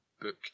Book